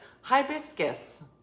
hibiscus